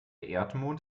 erdmond